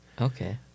Okay